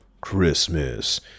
Christmas